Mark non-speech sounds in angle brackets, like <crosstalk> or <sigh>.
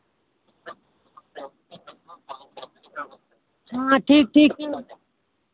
हाँ ठीक ठीक <unintelligible>